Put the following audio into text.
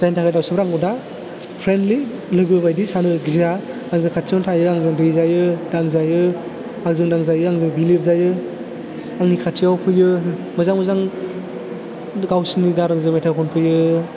जायनि थाखाय दावसिनफ्रा आंखौ दा फ्रेन्दलि लोगो बायदि सानो गिया आंजों खाथियावनो थायो आंजों दैजायो दांजायो आंजों दांजायो आंजों बिलिरजायो आंनि खाथियाव फैयो मोजां मोजां गावसिनि गारांजों मेथाइ खनफैयो